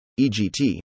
EGT